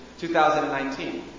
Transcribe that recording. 2019